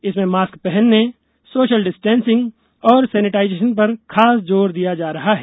इसमें मास्क पहनने social distancing और सेनेटाइजेशन पर खास जोर दिया जा रहा है